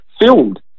filmed